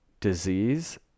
disease